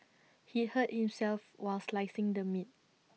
he hurt himself while slicing the meat